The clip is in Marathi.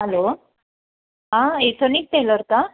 हॅलो हां इथनिक टेलर का